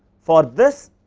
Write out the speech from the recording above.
for this